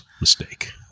mistake